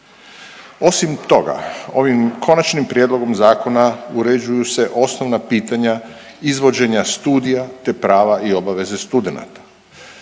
Osim toga, ovim konačnim prijedlogom zakona uređuju se osnovna pitanja izvođenja studija, te prava i obaveze studenata,